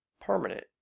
permanent